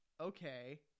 okay